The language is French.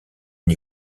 n’y